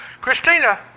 Christina